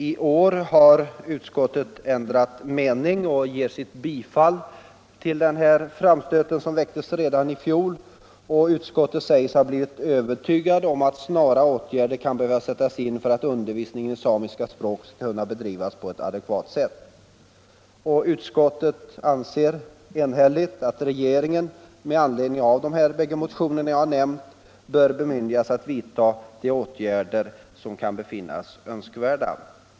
I år har utskottet ändrat mening och ger sitt bifall till den här framstöten som gjordes redan i fjol. Utskottet säger sig ha blivit övertygat om ati snara åtgärder kan behöva sättas in för att undervisningen i samiska språk skall kunna bedrivas på ett adekvat sätt. Utskottet anser enhälligt att regeringen med anledning av de båda nämnda motionerna bör bemyndigas att vidta de åtgärder som kan befinnas önskvärda.